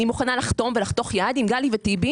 אני מוכנה לחתום ולחתוך יד אם גלי וטיבי